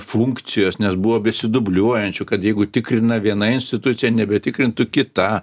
funkcijos nes buvo besidubliuojančių kad jeigu tikrina viena institucija nebetikrintų kita